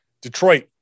Detroit